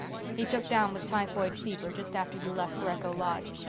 he took down with typhoid fever just after you left for echo lodge.